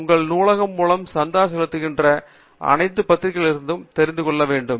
உங்கள் நூலகம் மூலம் சந்தா செலுத்துகின்ற அனைத்து பத்திரிகைகளிலிருந்தும் தெரிந்துகொள்ள வேண்டும்